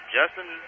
Justin